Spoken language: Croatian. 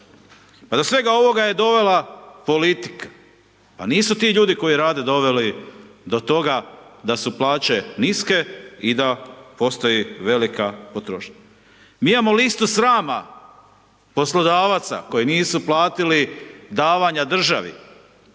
Pa do svega ovoga je dovela politika, pa nisu ti ljudi koji rade doveli do toga da su plaće niske i da postoji velika potrošnja. Mi imamo listu srama poslodavaca koji nisu platili davanja državi.